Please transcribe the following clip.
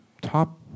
top